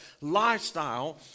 lifestyle